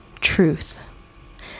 truth